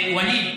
ווליד,